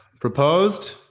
proposed